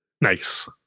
Nice